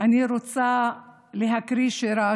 אני רוצה להקריא שירה,